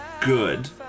good